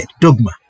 dogma